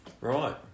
Right